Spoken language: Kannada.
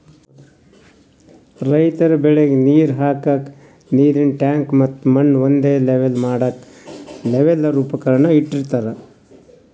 ರೈತರ್ ಬೆಳಿಗ್ ನೀರ್ ಹಾಕ್ಕಕ್ಕ್ ನೀರಿನ್ ಟ್ಯಾಂಕ್ ಮತ್ತ್ ಮಣ್ಣ್ ಒಂದೇ ಲೆವೆಲ್ ಮಾಡಕ್ಕ್ ಲೆವೆಲ್ಲರ್ ಉಪಕರಣ ಇಟ್ಟಿರತಾರ್